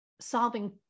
solving